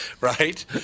Right